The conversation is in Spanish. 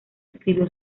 escribió